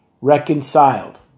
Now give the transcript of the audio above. reconciled